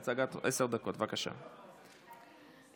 נעבור עכשיו להצעת חוק לתיקון פקודת הרופאים (מס' 14)